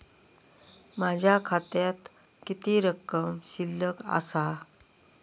माझ्या खात्यात किती रक्कम शिल्लक आसा?